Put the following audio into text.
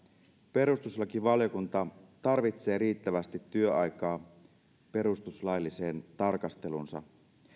perustuslakivaliokunta tarvitsee riittävästi työaikaa perustuslailliseen tarkasteluunsa